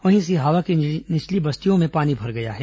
वहीं सिहावा की निचली बस्तियों में पानी भर गया है